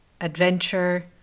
adventure